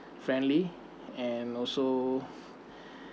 friendly and also